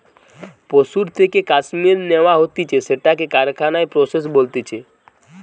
পশুর থেকে কাশ্মীর ন্যাওয়া হতিছে সেটাকে কারখানায় প্রসেস বলতিছে